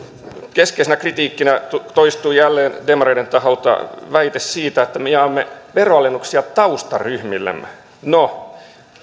keskeisenä kritiikkinä toistui jälleen demareiden taholta väite siitä että me jaamme veronalennuksia taustaryhmillemme no